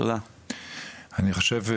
אני חושב,